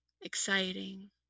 exciting